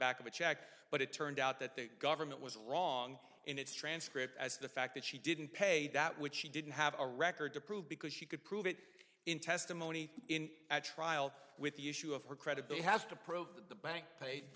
back of a check but it turned out that the government was wrong in its transcript as the fact that she didn't pay that which she didn't have a record to prove because she could prove it in testimony in a trial with the issue of her credibility has to prove that the bank pa